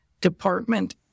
department